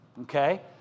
okay